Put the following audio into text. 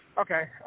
Okay